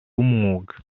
w’umwuga